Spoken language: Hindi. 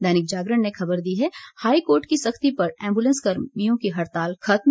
दैनिक जागरण ने खबर दी है हाई कोर्ट की सख्ती पर एंबुलेंस कर्मियों की हड़ताल खत्म